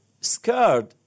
scared